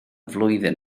flwyddyn